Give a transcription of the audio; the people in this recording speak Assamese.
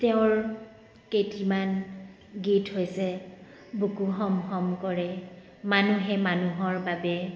তেওঁৰ কেইটিমান গীত হৈছে বুকু হম হম কৰে মানুহে মানুহৰ বাবে